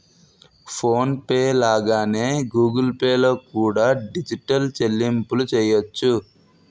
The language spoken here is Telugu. ఫోన్ పే లాగానే గూగుల్ పే లో కూడా డిజిటల్ చెల్లింపులు చెయ్యొచ్చు